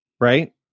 Right